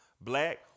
Black